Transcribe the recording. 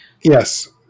Yes